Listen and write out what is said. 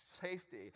safety